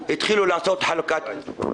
22:00 והתחילו לעשות חלוקת קולות.